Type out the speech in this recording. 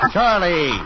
Charlie